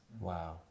Wow